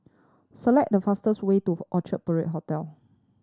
select the fastest way to Orchard Parade Hotel